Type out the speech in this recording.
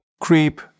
creep